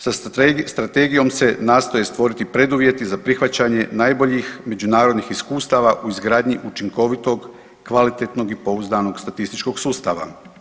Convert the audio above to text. Strategijom se nastoje stvoriti preduvjeti za prihvaćanje najboljih međunarodnih iskustava u izgradnji učinkovitog, kvalitetnog i pouzdanog statističkog sustava.